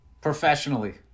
professionally